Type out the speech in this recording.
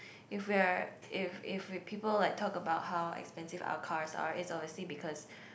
if we're if if if people like talk about how expensive our cars are it's obviously because